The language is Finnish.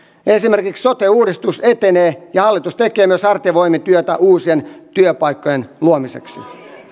esimerkiksi sote uudistus etenee ja hallitus tekee myös hartiavoimin työtä uusien työpaikkojen luomiseksi